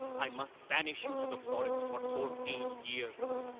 i must banish you to the forest for fourteen years!